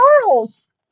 Charles